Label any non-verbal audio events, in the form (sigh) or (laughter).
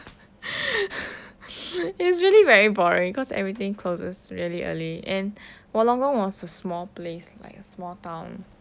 (laughs) it's really very boring cause everything closes really early and wollongong was a small place like a small town